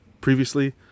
previously